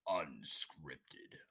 unscripted